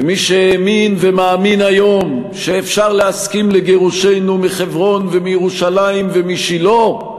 ומי שהאמין ומאמין היום שאפשר להסכים לגירושנו מחברון ומירושלים ומשילה,